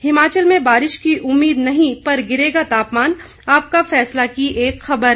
हिमाचल में बारिश की उम्मीद नहीं पर गिरेगा तापमान आपका फैसला की एक ख़बर